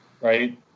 right